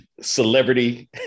celebrity